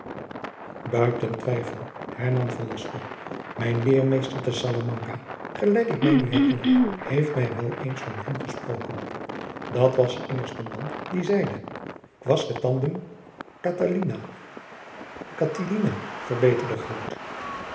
twijfel hernam velasco mijn leermeester te salamanka gelijk ik mij nu herinner heeft mij wel eens van hem gesproken dat was immers de man die zeide quousque tandem catalina catilina verbeterde